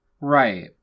Right